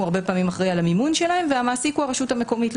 הוא הרבה פעמים אחראי על המימון שלהם והמעסיק הוא הרשות המקומית.